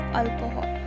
alcohol